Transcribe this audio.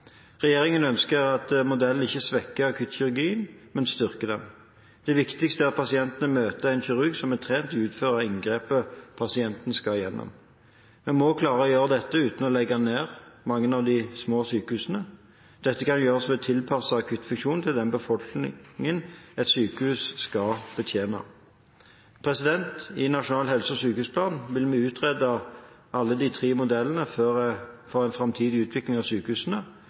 Regjeringen ønsker at modellen ikke svekker akuttkirurgien, men styrker den. Det viktigste er at pasienten møter en kirurg som er trent i å utføre inngrepet pasienten skal igjennom. Vi må klare å gjøre dette uten å legge ned mange av de små sykehusene. Dette kan gjøres ved å tilpasse akuttfunksjonene til den befolkningen et sykehus skal betjene. I Nasjonal helse- og sykehusplan vil vi utrede alle de tre modellene for framtidig utvikling av sykehusene.